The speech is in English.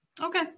Okay